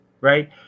right